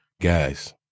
guys